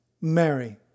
Mary